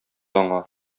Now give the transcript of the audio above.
аңа